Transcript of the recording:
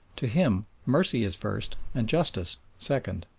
to him mercy is first and justice second.